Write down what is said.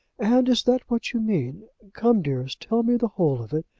and is that what you mean? come, dearest, tell me the whole of it.